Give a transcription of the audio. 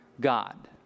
God